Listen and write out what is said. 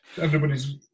everybody's